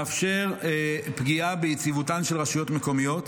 -- פגיעה ביציבותן של רשויות מקומיות.